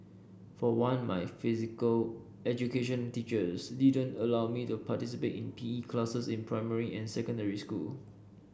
for one my physical education teachers didn't allow me to participate in PE classes in primary and secondary school